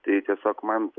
tai tiesiog man